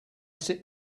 sit